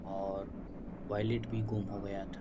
اور وائلیٹ بھی گم ہو گیا تھا